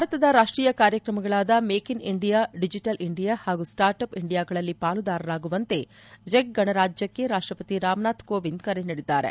ಭಾರತದ ರಾಷ್ಟೀಯ ಕಾರ್ಯಕ್ರಮಗಳಾದ make in India digital India ಹಾಗೂ ಸ್ಪಾರ್ಟ್ಅಪ್ ಇಂಡಿಯಾಗಳಲ್ಲಿ ಪಾಲುದಾರರಾಗುವಂತೆ ಚೆಕ್ ಗಣರಾಜ್ಯಕ್ಕೆ ರಾಷ್ತಪತಿ ರಾಮನಾಥ್ ಕೋವಿಂದ್ ಕರೆ ನೀಡಿದ್ದಾರೆ